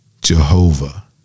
Jehovah